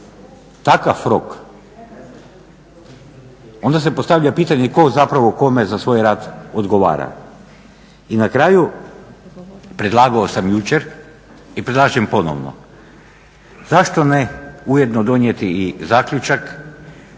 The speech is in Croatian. takav rok, onda se postavlja pitanje tko zapravo kome za svoj rad odgovara. I na kraju predlagao sam jučer i predlažem ponovo, zašto ne ujedno donijeti i zaključak